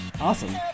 Awesome